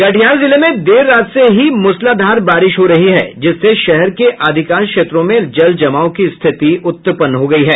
कटिहार जिले में देर रात से हो मुसलाधार बारिश हो रही है जिससे अधिकांश क्षेत्रों में जल जमाव की स्थिति उत्पन्न हो गयी है